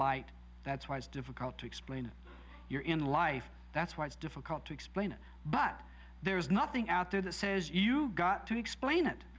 light that's why it's difficult to explain you're in life that's why it's difficult to explain it but there is nothing out there that says you got to explain it